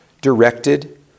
directed